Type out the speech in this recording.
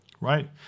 Right